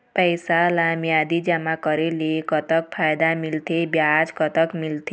पैसा ला मियादी जमा करेले, कतक फायदा मिलथे, ब्याज कतक मिलथे?